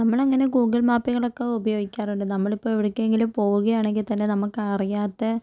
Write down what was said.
നമ്മള് അങ്ങനെ ഗൂഗിള് മാപുകളൊക്കെ ഉപയോഗിക്കാറുണ്ട് നമ്മള് ഇപ്പം എവിടേക്കെങ്കിലും പോവുകയാണെങ്കിൽ തന്നെ നമുക്ക് അറിയാത്ത